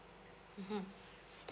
mmhmm